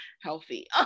healthy